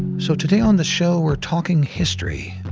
so today on the show, we're talking history.